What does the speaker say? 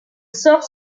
sort